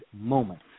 moment